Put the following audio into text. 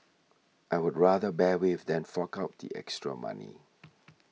I would rather bear with than fork out the extra money